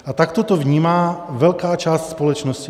A takto to vnímá velká část společnosti.